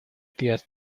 días